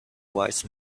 wise